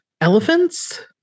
elephants